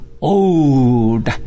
old